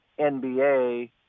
nba